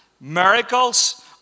Miracles